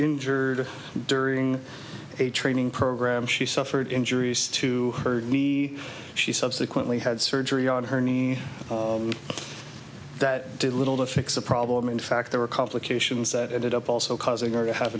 injured during a training program she suffered injuries to her knee she subsequently had surgery on her knee that did little to fix the problem in fact there were complications that ended up also causing her to have